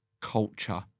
culture